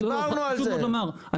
אנחנו דיברנו על זה.